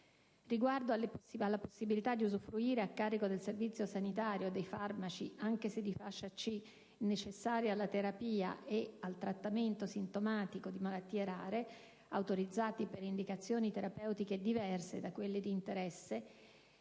Riguardo alla possibilità di usufruire, a carico del Servizio sanitario nazionale, di farmaci (anche se di fascia C) necessari alla terapia e al trattamento sintomatico di malattie rare, autorizzati per indicazioni terapeutiche diverse da quelle di interesse,